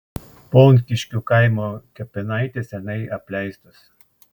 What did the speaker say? ponkiškių kaimo kapinaitės seniai apleistos